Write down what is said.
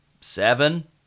seven